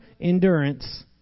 endurance